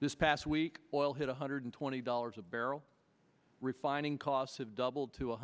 this past week oil hit one hundred twenty dollars a barrel refining costs have doubled to